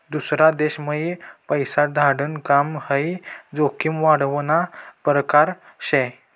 दूसरा देशम्हाई पैसा धाडाण काम हाई जोखीम वाढावना परकार शे